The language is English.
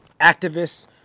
activists